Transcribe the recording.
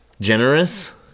generous